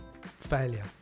failure